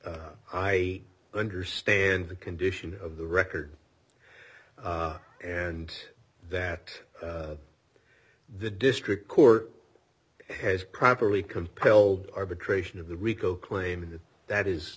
i understand the condition of the record and that the district court has properly compelled arbitration of the rico claiming that